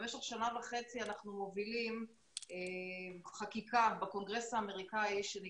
במשך שנה וחצי אנחנו מובילים חקיקה בקונגרס האמריקאי.